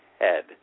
head